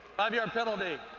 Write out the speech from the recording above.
five yard penalty,